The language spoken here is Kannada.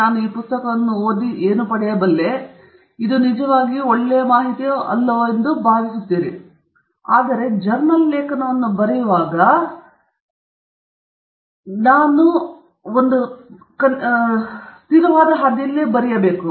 ನಾನು ಈ ಪುಸ್ತಕವನ್ನು ಓದುತ್ತೇನೆ ಅದು ನಿಜವಾಗಿಯೂ ಒಳ್ಳೆಯದು ಎಂದು ಭಾವಿಸಿದೆ ಹಾಗಾಗಿ ನಾನು ಜರ್ನಲ್ ಲೇಖನವನ್ನು ಬರೆಯುವಾಗ ಅದು ಒಳ್ಳೆಯದು ನಾನು ಆ ಹಾದಿಯಲ್ಲಿ ಬರೆಯಬೇಕು